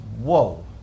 Whoa